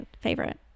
favorite